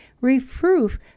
reproof